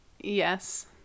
Yes